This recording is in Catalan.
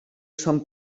són